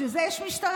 בשביל זה יש משטרה,